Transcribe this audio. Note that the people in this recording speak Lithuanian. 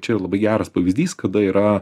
čia yra labai geras pavyzdys kada yra